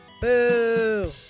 Boo